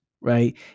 right